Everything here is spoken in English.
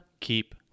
keep